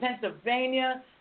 Pennsylvania